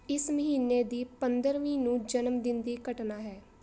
ਇਸ ਮਹੀਨੇ ਦੀ ਪੰਦਰ੍ਹਵੀਂ ਨੂੰ ਜਨਮਦਿਨ ਦੀ ਘਟਨਾ ਹੈ